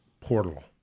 portal